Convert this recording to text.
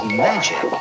magic